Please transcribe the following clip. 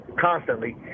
constantly